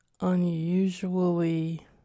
unusually